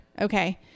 Okay